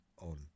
on